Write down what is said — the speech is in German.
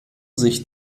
sich